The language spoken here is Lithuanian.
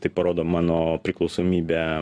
tai parodo mano priklausomybę